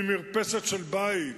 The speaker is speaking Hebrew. ממרפסת של בית,